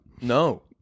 No